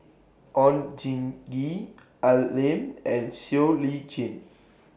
Oon Jin Gee Al Lim and Siow Lee Chin